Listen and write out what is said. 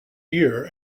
year